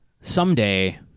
Someday